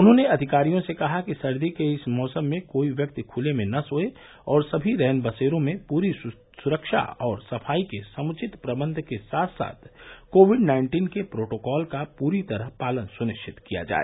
उन्होंने अधिकारियों से कहा कि सर्दी के इस मौसम में कोई व्यक्ति खुले में न सोए और सभी रैनवसेरों में पूरी सुरक्षा और सफाई के समुचित प्रबन्ध के साथ साथ कोविड नाइन्टीन के प्रोटोकॉल का पूरी तरह पालन सुनिश्चित किया जाए